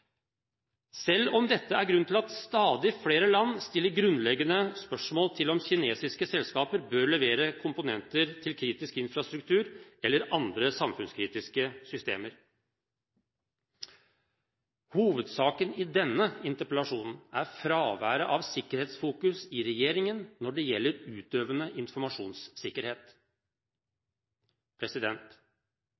selv om dette er grunnen til at stadig flere land stiller grunnleggende spørsmål ved om kinesiske selskaper bør levere komponenter til kritisk infrastruktur eller andre samfunnskritiske systemer. Hovedsaken i denne interpellasjonen er fraværet av sikkerhetsfokus i regjeringen når det gjelder utøvende informasjonssikkerhet.